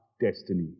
destiny